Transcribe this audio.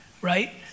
right